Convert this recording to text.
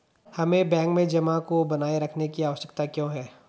हमें बैंक में जमा को बनाए रखने की आवश्यकता क्यों है?